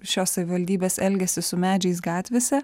šios savivaldybės elgiasi su medžiais gatvėse